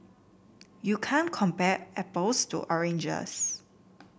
you can't compare apples to oranges